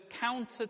counter